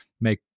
make